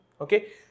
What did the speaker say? Okay